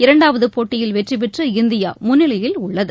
இரண்டாவது போட்டியில் வெற்றி பெற்று இந்தியா முன்னிலையில் உள்ளது